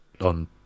on